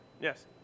Yes